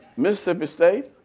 mississippi state.